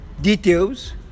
Details